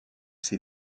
ces